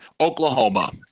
Oklahoma